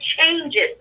changes